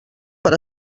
per